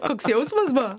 koks jausmas buvo